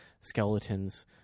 skeletons